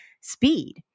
speed